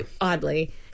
Oddly